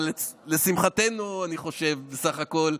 לשמחתנו בסך הכול,